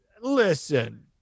listen